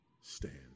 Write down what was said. stand